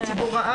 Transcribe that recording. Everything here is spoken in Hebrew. אני אציג אותו.